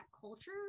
culture